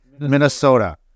Minnesota